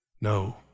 no